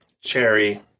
cherry